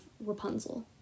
Rapunzel